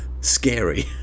scary